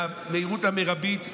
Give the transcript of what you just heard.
במהירות המרבית,